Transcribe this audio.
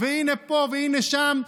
והינה פה והינה שם,